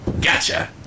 gotcha